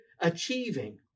achieving